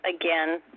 again